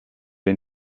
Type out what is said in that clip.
den